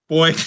Boy